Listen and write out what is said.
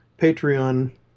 Patreon